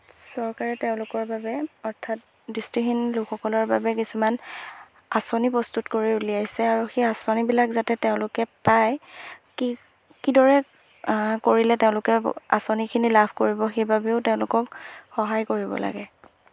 চৰকাৰে তেওঁলোকৰ বাবে অৰ্থাৎ দৃষ্টিহীন লোকসকলৰ বাবে কিছুমান আঁচনি প্ৰস্তুত কৰি উলিয়াইছে আৰু সেই আঁচনিবিলাক যাতে তেওঁলোকে পাই কি কিদৰে কৰিলে তেওঁলোকে আঁচনিখিনি লাভ কৰিব সেইবাবেও তেওঁলোকক সহায় কৰিব লাগে